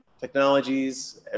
technologies